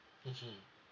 mmhmm